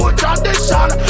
tradition